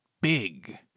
big